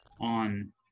on